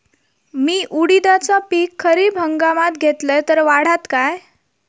मी उडीदाचा पीक खरीप हंगामात घेतलय तर वाढात काय?